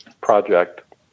project